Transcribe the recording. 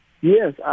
Yes